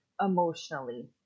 emotionally